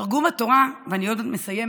תרגום התורה ליוונית, ואני עוד מעט מסיימת,